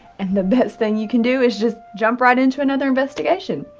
and the best thing you can do is just jump right into another investigation.